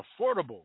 affordable